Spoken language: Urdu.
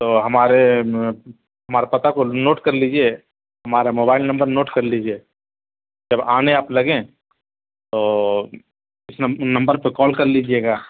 تو ہمارے ہمارا پتہ کو نوٹ کر لیجیے ہمارا موبائل نمبر نوٹ کر لیجیے جب آنے آپ لگیں تو اس نمبر پہ کال کر لیجیے گا